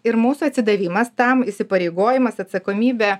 ir mūsų atsidavimas tam įsipareigojimas atsakomybė